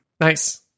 Nice